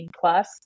plus